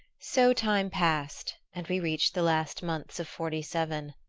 so time passed and we reached the last months of forty seven.